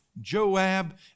Joab